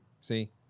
See